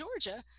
georgia